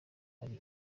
ari